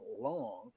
long